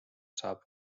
saab